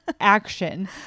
action